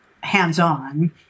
hands-on